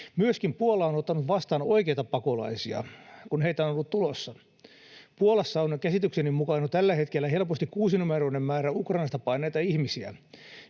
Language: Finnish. Myöskin Puola on ottanut vastaan oikeita pakolaisia, kun heitä on ollut tulossa. Puolassa on käsitykseni mukaan tällä hetkellä helposti kuusinumeroinen määrä Ukrainasta paenneita ihmisiä,